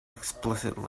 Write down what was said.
explicit